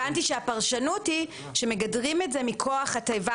הבנתי שהפרשנות היא שמגדרים את זה מכוח התיבה